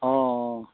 অঁ অঁ